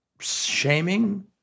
shaming